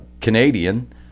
canadian